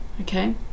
okay